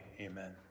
Amen